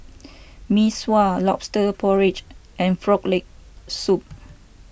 Mee Sua Lobster Porridge and Frog Leg Soup